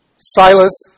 Silas